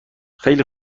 خیلی